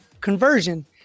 conversion